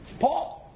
Paul